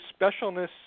specialness